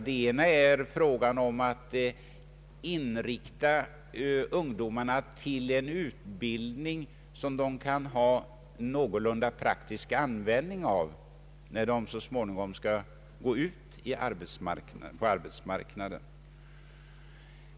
Den första delen gäller frågan om att inrikta ungdomarna på en utbildning som de kan ha en någorlunda praktisk användning av, när de så småningom träder ut på arbetsmarknaden.